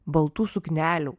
baltų suknelių